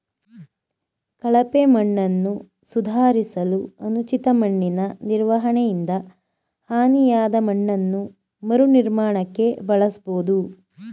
ಕಳಪೆ ಮಣ್ಣನ್ನು ಸುಧಾರಿಸಲು ಅನುಚಿತ ಮಣ್ಣಿನನಿರ್ವಹಣೆಯಿಂದ ಹಾನಿಯಾದಮಣ್ಣನ್ನು ಮರುನಿರ್ಮಾಣಕ್ಕೆ ಬಳಸ್ಬೋದು